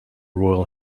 royal